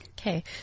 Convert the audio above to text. Okay